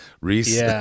Reese